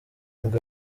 nibwo